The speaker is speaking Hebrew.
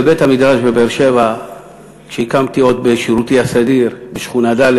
בבית המדרש בבאר-שבע שהקמתי עוד בשירותי הסדיר בשכונה ד',